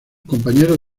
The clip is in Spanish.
compañeros